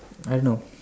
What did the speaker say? I know